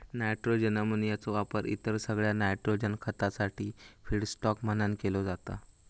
nitrogen अमोनियाचो वापर इतर सगळ्या नायट्रोजन खतासाठी फीडस्टॉक म्हणान केलो जाता